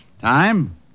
Time